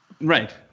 Right